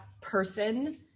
person